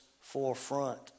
forefront